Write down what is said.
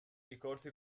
ricorsi